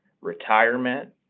retirement